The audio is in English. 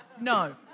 No